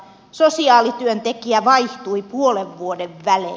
sosiaalityöntekijä vaihtui puolen vuoden välein